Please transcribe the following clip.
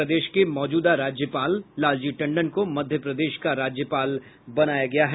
प्रदेश के मौजूदा राज्यपाल लालजी टंडन को मध्य प्रदेश का राज्यपाल बनाया गया है